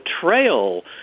betrayal